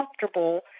comfortable